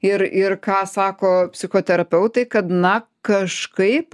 ir ir ką sako psichoterapeutai kad na kažkaip